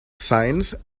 signs